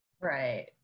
Right